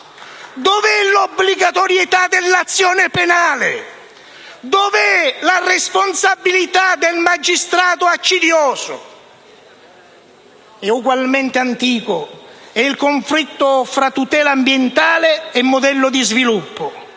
Dov'è l'obbligatorietà dell'azione penale? Dove la responsabilità del magistrato accidioso? Ugualmente antico è il conflitto fra tutela ambientale e modello di sviluppo;